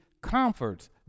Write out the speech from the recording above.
comforts